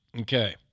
Okay